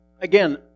Again